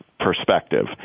Perspective